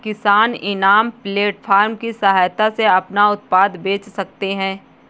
किसान इनाम प्लेटफार्म की सहायता से अपना उत्पाद बेच सकते है